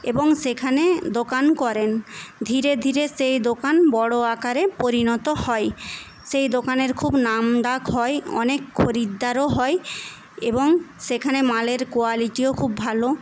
এবং সেখানে দোকান করেন ধীরে ধীরে সেই দোকান বড় আকারে পরিণত হয় সেই দোকানের খুব নামডাক হয় অনেক খরিদ্দারও হয় এবং সেখানে মালের কোয়ালিটিও খুব ভালো